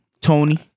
Tony